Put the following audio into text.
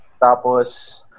Tapos